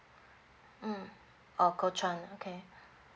mm or kuo chuan okay